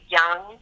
young